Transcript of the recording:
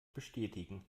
bestätigen